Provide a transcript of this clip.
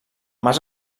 mas